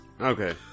Okay